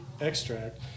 extract